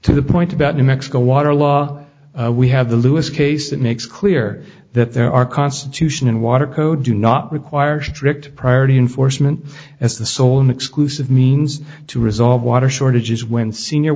to the point about new mexico water law we have the lewis case that makes clear that there are constitution and water code do not require strict priority enforcement as the sole and exclusive means to resolve water shortages when senior